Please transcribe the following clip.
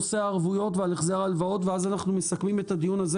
-- הערבויות ועל החזר ההלוואות ואז אנחנו מסכמים את הדיון הזה,